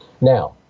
Now